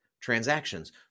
transactions